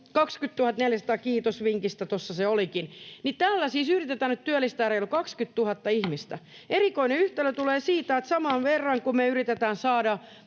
20 400, kiitos vinkistä, tuossa se olikin. — Tällä siis yritetään nyt työllistää reilu 20 000 ihmistä. Erikoinen yhtälö tulee siitä, että samaan aikaan kun me yritetään saada